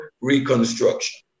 reconstruction